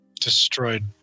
destroyed